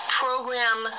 program